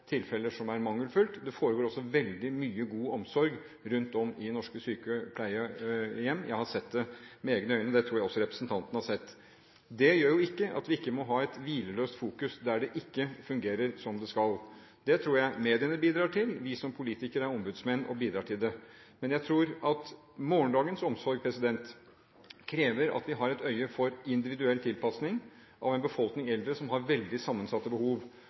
tilfeller som er mangelfulle, at det foregår også veldig mye god omsorg rundt omkring i norske syke- og pleiehjem. Jeg har sett det med egne øyne, og det tror jeg også representanten har sett. Det betyr ikke at vi ikke må ha et hvileløst fokus der det ikke fungerer som det skal. Det tror jeg både mediene og vi som politikere og ombudsmenn bidrar til. Men jeg tror at morgendagens omsorg krever at vi har et øye for individuell tilpassing for en befolkning av eldre som har veldig sammensatte behov.